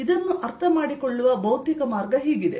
ಇದನ್ನು ಅರ್ಥಮಾಡಿಕೊಳ್ಳುವ ಭೌತಿಕ ಮಾರ್ಗ ಹೀಗಿದೆ